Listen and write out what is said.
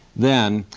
then,